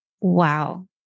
Wow